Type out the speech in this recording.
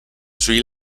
sui